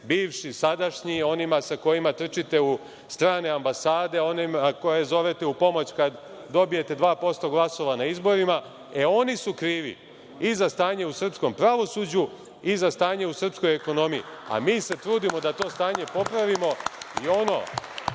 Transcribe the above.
bivši, sadašnji, oni sa kojima trčite u strane ambasade, onima koje zovete u pomoć kad dobijete 2% glasova na izborima, e oni su krivi i za stanje u srpskom pravosuđu i za stanje u srpskoj ekonomiji. Mi se trudimo da to stanje popravimo i ono